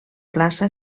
plaça